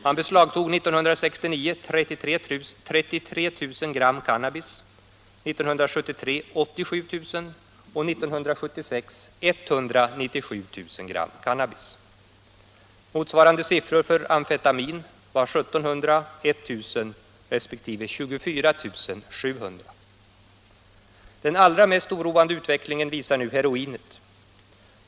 År 1969 beslagtog man 33 000 gram cannabis, 1973 beslagtogs 87 000 och 1976 var det 197 000 gram cannabis. Motsvarande siffror för amfetamin var 1700, 1000 resp. 24 700. Den allra mest oroande utvecklingen visar nu heroinet.